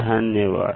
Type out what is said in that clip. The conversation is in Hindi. धन्यवाद